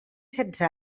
setze